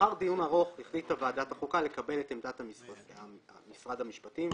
לאחר דיון ארוך החליטה ועדת החוקה לקבל את עמדת משרד המשפטים,